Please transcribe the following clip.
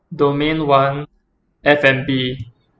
domain one F&B